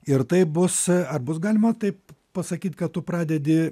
ir tai bus ar bus galima taip pasakyt kad tu pradedi